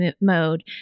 mode